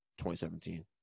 2017